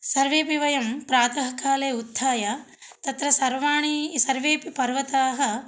सर्वेपि वयं प्रातः काले उत्थाय तत्र सर्वेपि सर्वेपि पर्वताः